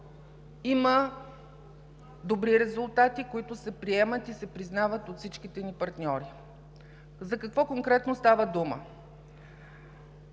има добри резултати, които се приемат и се признават от всичките ни партньори. За какво конкретно става дума?